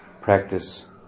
practice